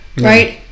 right